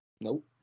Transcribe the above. Nope